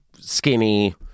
skinny